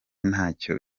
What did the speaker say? ntacyo